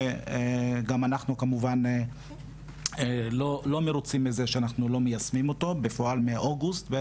שגם אנחנו כמובן לא מרוצים מזה שאנחנו לא מיישמים אותו בפועל מאוגוסט,